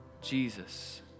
Jesus